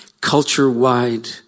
culture-wide